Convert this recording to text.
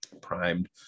primed